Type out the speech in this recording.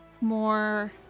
more